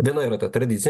viena yra ta tradicinė